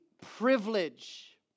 Privilege